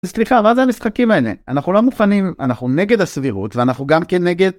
סליחה, מה זה המשחקים האלה? אנחנו לא מוכנים, אנחנו נגד הסבירות, ואנחנו גם כן נגד...